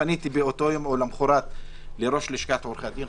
פניתי באותו יום או למוחרת לראש לשכת עורכי הדין,